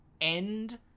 end